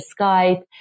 Skype